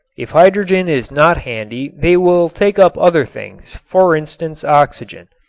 if hydrogen is not handy they will take up other things, for instance oxygen.